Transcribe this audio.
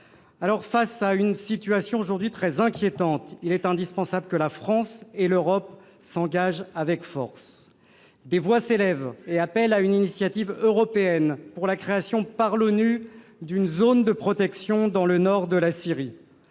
Face à une situation très inquiétante, il est indispensable que la France et l'Europe s'engagent aujourd'hui avec force. Des voix s'élèvent pour appeler à une initiative européenne soutenant la création par l'ONU d'une zone de protection dans le nord de la Syrie.